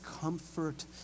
comfort